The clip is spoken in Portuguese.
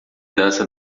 dança